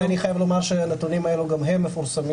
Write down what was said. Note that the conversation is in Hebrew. ואני חייב לומר שהנתונים האלו גם הם מפורסמים.